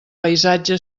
paisatge